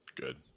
Good